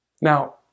Now